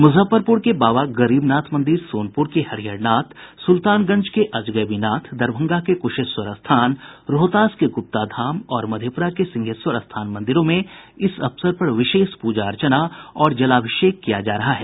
मुजफ्फरपुर के बाबा गरीबनाथ मंदिर सोनपुर के हरिहरनाथ सुल्तानगंज के अजगैबीनाथ दरभंगा के कुशेश्वर स्थान रोहतास के गुप्ताधाम और मधेपुरा के सिंहेश्वर स्थान मंदिरों में इस अवसर पर विशेष प्रजा अर्चना और जलाभिषेक किया जा रहा है